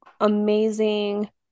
amazing